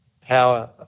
power